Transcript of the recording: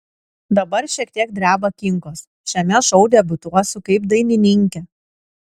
dabar šiek tiek dreba kinkos šiame šou debiutuosiu kaip dainininkė